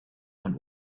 von